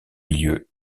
milieu